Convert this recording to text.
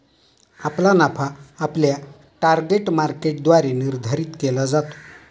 आपला नफा आपल्या टार्गेट मार्केटद्वारे निर्धारित केला जातो